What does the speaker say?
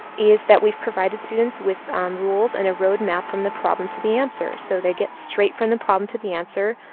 is that we've provided students with um rules and a road map from the problems to the answer. so they get straight from the problem to the answer.